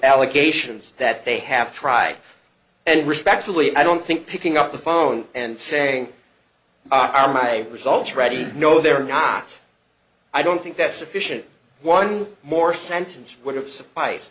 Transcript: allegations that they have tried and respectfully i don't think picking up the phone and saying i'm my results ready no they're not i don't think that's sufficient one more sentence would have su